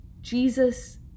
Jesus